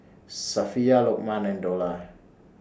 Safiya Lokman and Dollah